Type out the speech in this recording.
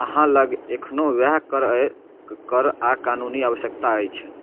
अहाँ लग एखनो वएह कर आ कानूनी आवश्यकता अछि